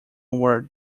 were